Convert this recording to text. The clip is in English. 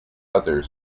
other